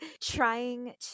Trying